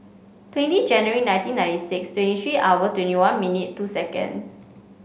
twenty January nineteen ninety six twenty three hour twenty one minute two second